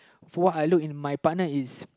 what I look in my partner is